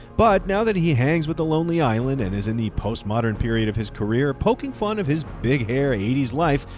but now that he hangs with the lonely island and is in the post modern period of his career, poking fun of his big hair, eighty s life,